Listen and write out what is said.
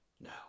No